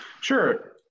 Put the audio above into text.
Sure